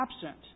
absent